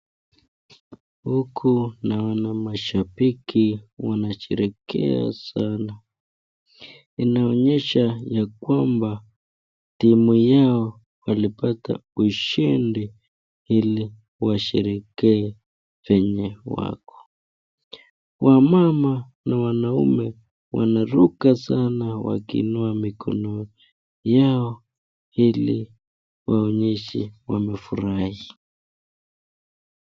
Huku naona mashabiki wanasherekea sana inaonyesha ya kwamba timu Yao walipata ushindi hili kushiki venye wako wamama na wanaume wanaruka sana wakinua mikono Yao juu ili waonyeshe wamefurahi.